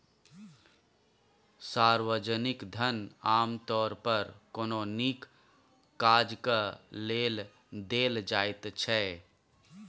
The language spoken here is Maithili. सार्वजनिक धन आमतौर पर कोनो नीक काजक लेल देल जाइत छै